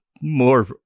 more